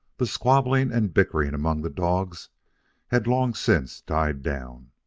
the squabbling and bickering among the dogs had long since died down,